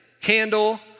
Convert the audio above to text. candle